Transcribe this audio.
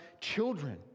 children